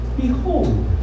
Behold